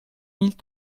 mille